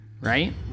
right